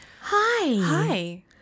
hi